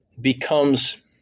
becomes